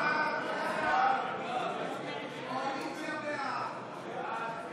ההצעה להעביר את הצעת חוק התפזרות הכנסת